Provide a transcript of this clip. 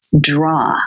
draw